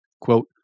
Quote